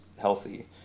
healthy